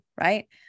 right